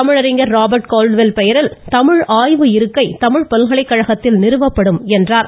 தமிழறிஞர் Robert Caldwell பெயரில் தமிழ் ஆய்வு இருக்கை தமிழ் பல்கலைகழகத்தில் நிறுவப்படும் என்றார்